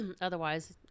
Otherwise